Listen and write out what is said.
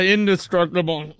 Indestructible